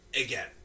Again